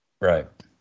right